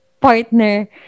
partner